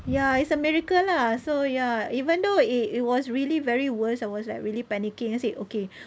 ya it's a miracle lah so ya even though it it was really very worse I was like really panicking then say okay